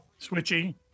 Switchy